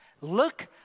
look